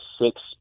six